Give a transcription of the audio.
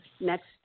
next